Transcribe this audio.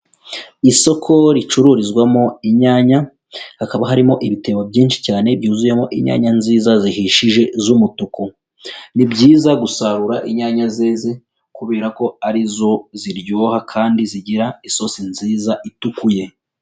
Isoko ricururizwamo inyanya, hakaba harimo ibitebo byinshi cyane byuzuyemo inyanya nziza zihishije z'umutuku. Ni byiza gusarura inyanya zeze kubera ko ari zo ziryoha kandi zigira isosi nziza itukuye.